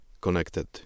connected